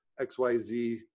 XYZ